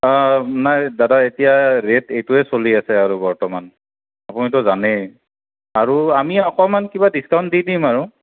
নাই দাদা এতিয়া ৰেট এইটোৱে চলি আছে আৰু বৰ্তমান আপুনিতো জানেই আৰু আমি অকণমান কিবা ডিছকাউণ্ট দি দিম আৰু